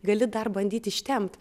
gali dar bandyt ištempt